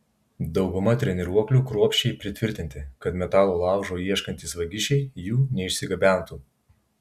dauguma treniruoklių kruopščiai pritvirtinti kad metalo laužo ieškantys vagišiai jų neišsigabentų